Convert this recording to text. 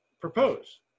propose